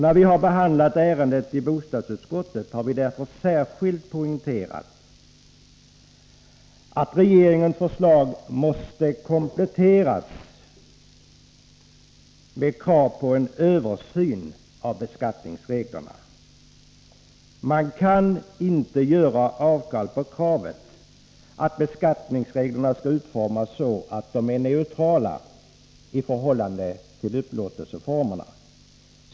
När vi behandlade ärendet i bostadsutskottet poängterade vi därför särskilt att regeringens förslag måste kompletteras med en översyn av beskattningsreglerna. Man kan inte göra avkall på kravet att beskattningsreglerna skall utformas så att de är neutrala i förhållande till upplåtelseformerna.